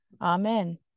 amen